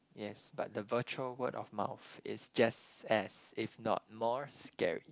yes but the virtual word of mouth is just as if not more scary